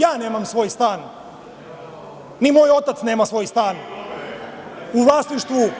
Ja nemam svoj stan, ni moj otac nema svoj stan u vlasništvu.